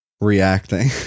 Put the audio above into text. reacting